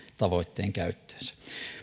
tavoitteen käyttöönsä